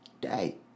day